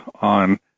on